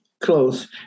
close